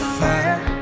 fire